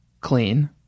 clean